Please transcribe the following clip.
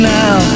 now